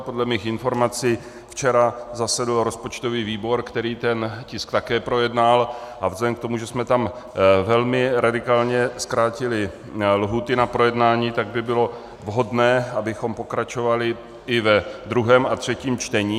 Podle mých informací včera zasedl rozpočtový výbor, který ten tisk také projednal, a vzhledem k tomu, že jsme tam velmi radikálně zkrátili lhůty na projednání, tak by bylo vhodné, abychom pokračovali i ve druhém a třetím čtení.